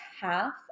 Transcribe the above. half